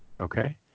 Okay